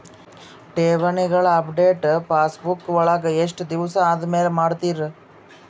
ಠೇವಣಿಗಳ update passbook ವಳಗ ಎಷ್ಟ ದಿವಸ ಆದಮೇಲೆ ಮಾಡ್ತಿರ್?